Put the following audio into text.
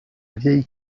vieille